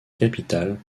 capitale